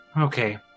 Okay